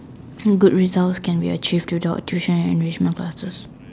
good results can be achieved without tuition and enrichment classes